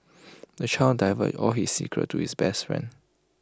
the child divulged all his secrets to his best friend